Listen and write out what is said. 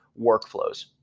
workflows